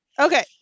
Okay